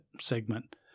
segment